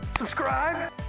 Subscribe